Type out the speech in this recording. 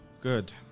Good